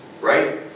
right